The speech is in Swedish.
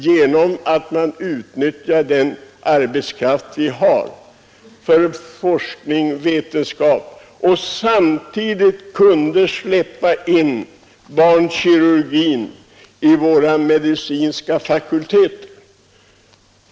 Genom att utnyttja den arbetskraft vi har för forskning och vetenskapligt arbete kunde vi kanske också samtidigt släppa in barnkirurgin vid våra medicinska fakulteter.